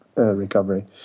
recovery